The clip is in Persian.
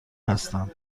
هستند